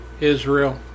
Israel